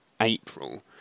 April